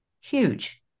huge